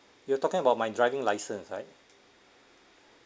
you're talking about my driving license right